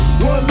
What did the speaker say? One